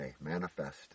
manifest